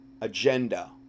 agenda